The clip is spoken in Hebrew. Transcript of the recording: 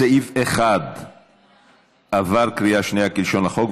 סעיף 1 עבר בקריאה שנייה כלשון החוק.